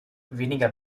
weniger